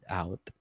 out